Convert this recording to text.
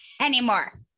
anymore